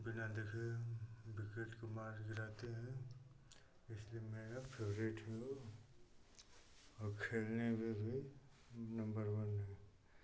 बिना देखे विकेट को मार गिराते हैं इसलिए मेरा फेवरेट हीरो और खेलने में भी नम्बर वन है